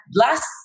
last